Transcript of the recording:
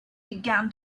began